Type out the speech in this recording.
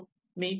मी 4